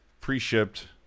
pre-shipped